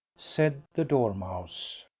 said the dormouse.